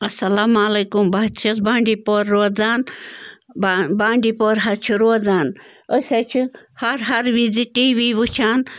اَسلامُ علیکُم بہٕ حظ چھَس بانٛڈی پور روزان بانٛڈی پور حظ چھِ روزان أسۍ حظ چھِ ہر ہر وِزِ ٹی وی وٕچھان